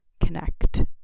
connect